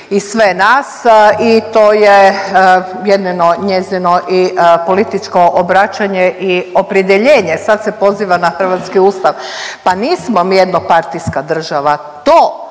i sve nas i to je jednino njezino i političko obraćanje i opredjeljenje. Sad se poziva na hrvatski Ustav, pa nismo mi jednopartijska država. To